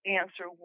answer